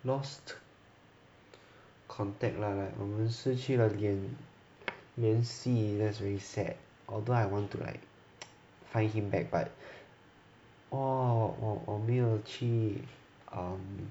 lost contact lah like 我们失去了联联系 that's really sad although I want to like find him back but orh orh orh 我没有去 um